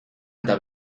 eta